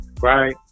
right